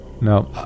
No